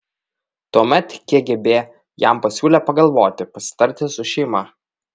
tuomet kgb jam pasiūlė pagalvoti pasitarti su šeima